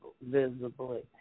visibly